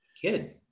kid